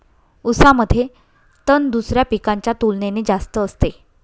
ऊसामध्ये तण दुसऱ्या पिकांच्या तुलनेने जास्त असते